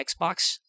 Xbox